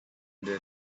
the